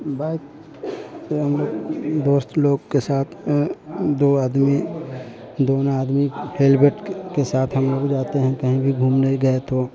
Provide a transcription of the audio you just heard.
bike से हम लोग दोस्त लोग के साथ दो आदमी दोनों आदमी हेलमेट के के साथ हम लोग जाते हैं कहीं भी घूमने गए तो